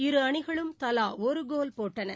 இரு அணிகளும் தலா ஒரு கோல் போட்டன